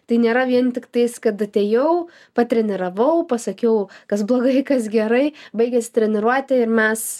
tai nėra vien tiktais kad atėjau pasitreniravau pasakiau kas blogai kas gerai baigėsi treniruotė ir mes